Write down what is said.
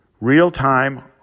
real-time